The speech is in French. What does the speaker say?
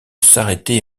s’arrêter